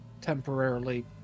temporarily